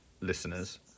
listeners